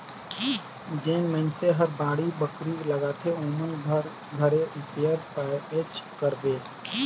जेन मइनसे हर बाड़ी बखरी लगाथे ओमन कर घरे इस्पेयर पाबेच करबे